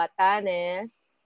Batanes